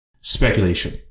Speculation